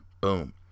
Boom